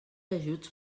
ajuts